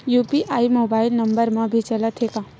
UPI mobile number मा भी चलते हे का?